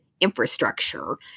infrastructure